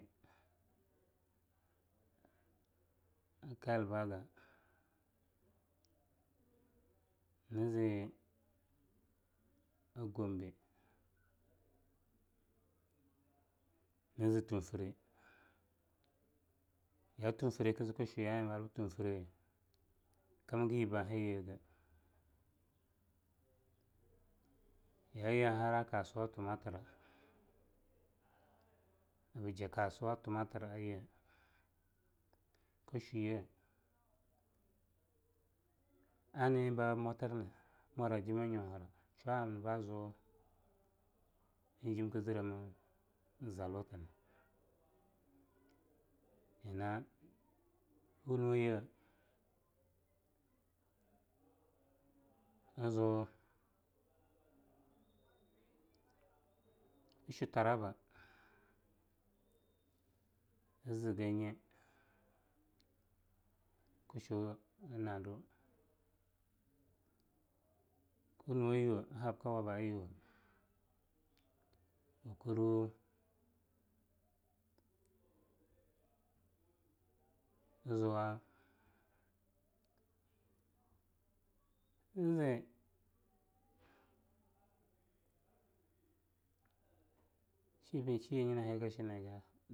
ka'ilbagan, nzai a Gombe, nzai Tumfre, ya'a tumfre kzk shwa ya'a eing ba ar b tunfre na kamaga an laa yibbeiyege. ya'aye an har kasuwa tmatr'a na ba ja kasuwa tmatr'a ye kshwiye, aan eig bamwatrna. a mwara jimmei nywarra sha'a amma ba ziu eig jim kzrema zalutna kwunwaye kshwa Taraba kz ganye kshu a nadu kwunwe yuwa a habka waba ayuwa kkurwe kkru kuwa imee..... shina'a eing bei shiyaninyte an hagan shinega